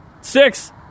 Six